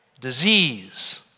disease